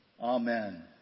Amen